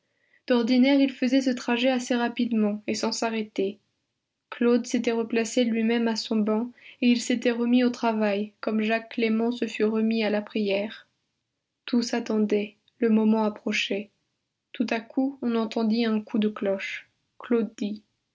d'ordinaire il faisait ce trajet assez rapidement et sans s'arrêter claude s'était replacé lui-même à son banc et il s'était remis au travail comme jacques clément se fût remis à la prière tous attendaient le moment approchait tout à coup on entendit un coup de cloche claude